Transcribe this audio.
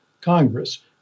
Congress